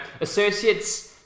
associates